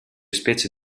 specie